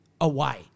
away